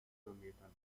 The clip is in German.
kilometern